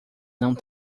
não